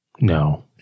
No